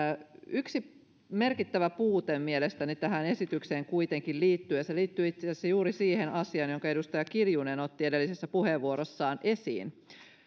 yksi merkittävä puute mielestäni tähän esitykseen kuitenkin liittyy ja se liittyy itse asiassa juuri siihen asiaan jonka edustaja kiljunen otti edellisessä puheenvuorossaan esiin